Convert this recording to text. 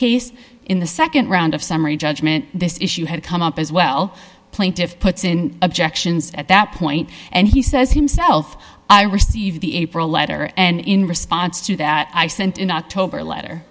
case in the nd round of summary judgment this issue had come up as well plaintiffs puts in objections at that point and he says himself i received the april letter and in response to that i sent in october letter